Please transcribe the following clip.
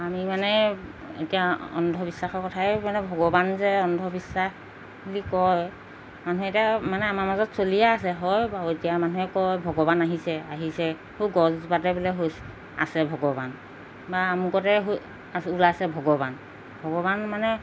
আমি মানে এতিয়া অন্ধবিশ্বাসৰ কথাই মানে ভগৱান যে অন্ধবিশ্বাস বুলি কয় মানুহে এতিয়া মানে আমাৰ মাজত চলিয়ে আছে হয় বাৰু এতিয়া মানুহে কয় ভগৱান আহিছে আহিছে সু গছ জোপাতে বোলে হৈ আছে ভগৱান বা আমুকতে ওলাইছে ভগৱান ভগৱান মানে